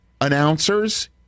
announcers